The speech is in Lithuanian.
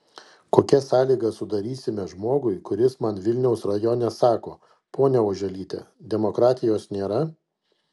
kokias sąlygas sudarysime žmogui kuris man vilniaus rajone sako ponia oželyte demokratijos nėra